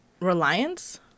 reliance